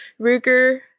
Ruger